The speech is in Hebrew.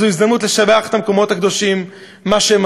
זו הזדמנות לשבח את המרכז לפיתוח המקומות הקדושים על מה שהם